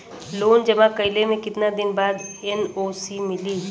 Loan जमा कइले के कितना दिन बाद एन.ओ.सी मिली?